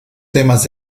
temas